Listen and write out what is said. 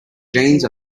jeans